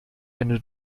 eine